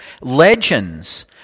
Legends